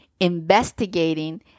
investigating